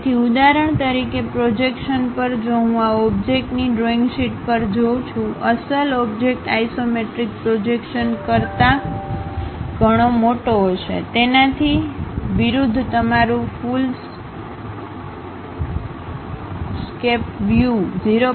તેથી ઉદાહરણ તરીકે પ્રોજેક્શન પર જો હું આ ઓબ્જેક્ટની ડ્રોઇંગ શીટ પર જોઉં છું અસલ ઓબ્જેક્ટ આઇસોમેટ્રિક પ્રોજેક્શન કરતા ઘણો મોટો હશે તેનાથી વિરુદ્ધ તમારું ફુલ સ્ક વ્યૂ 0